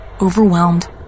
Overwhelmed